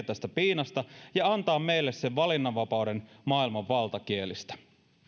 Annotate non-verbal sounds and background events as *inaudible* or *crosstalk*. *unintelligible* tästä piinasta ja antaa meille sen valinnanvapauden maailman valtakielistä